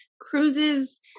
Cruises